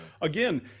again